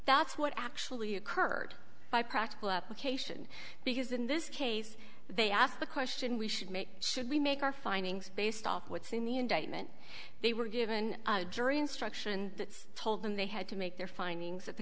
that's what actually occurred by practical application because in this case they asked the question we should make should we make our findings based off what's in the indictment they were given a jury instruction that told them they had to make their findings that the